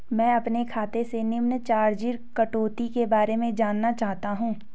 मैं अपने खाते से निम्न चार्जिज़ कटौती के बारे में जानना चाहता हूँ?